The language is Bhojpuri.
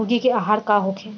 मुर्गी के आहार का होखे?